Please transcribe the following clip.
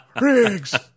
Riggs